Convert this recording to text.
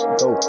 go